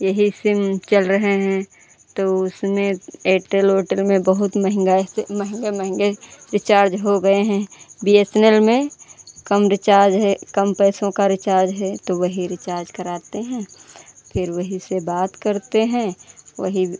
यही सिम चल रहे हैं तो उसमें एयरटेल औरटेल में बहुत महँगा से महंगे महँगे रिचार्ज हो गए हैं बी एस न ल में कम रिचार्ज है कम पैसों का रिचार्ज है तो वही रिचार्ज कराते हैं फिर वही से बात करते हैं वही